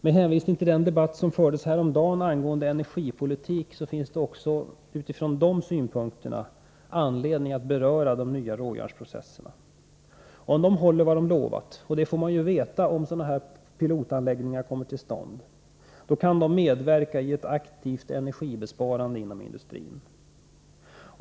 Med hänvisning till den debatt som fördes häromdagen angående energipolitiken finns det också utifrån de synpunkterna anledning att beröra de nya råjärnsprocesserna. Om de håller vad de lovat — och det får man ju veta om pilotanläggningar kommer till stånd — kan de medverka i ett aktivt energisparande inom industrin.